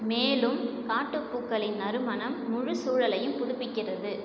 மேலும் காட்டுப்பூக்களின் நறுமணம் முழு சூழலையும் புதுப்பிக்கிறது